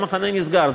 המחנה נסגר.